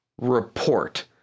report